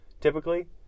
typically